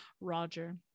Roger